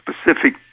specific